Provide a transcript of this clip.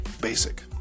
basic